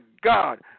God